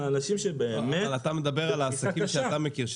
על אנשים שבאמת --- אתה מדבר על עסקים שאתה מכיר,